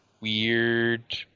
weird